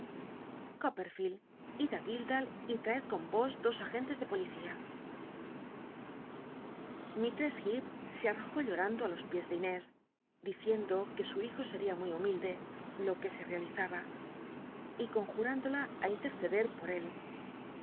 copperfield id í guildhall y traed con os dos agentes de policía llistress hcep se artojó llorando lvs piés de inés rliciendo que su hijo seria muy humilde lo que se realizaba y conjurlindola í interceder por él